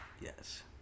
yes